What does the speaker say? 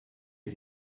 see